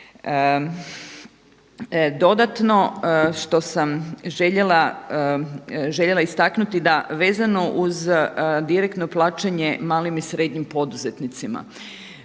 Dodatno što sam željela istaknuti da vezano uz direktno plaćanje malim i srednjim poduzetnicima.